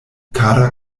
kara